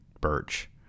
Birch